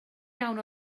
iawn